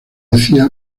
decía